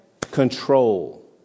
control